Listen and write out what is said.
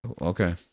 okay